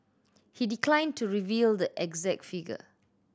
he declined to reveal the exact figure